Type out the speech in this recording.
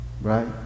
Right